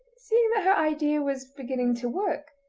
seeing that her idea was beginning to work,